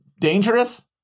dangerous